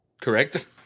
Correct